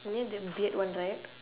near the beard one right